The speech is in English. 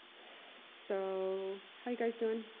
so, how are you guys doing?